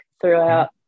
throughout